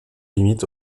limitent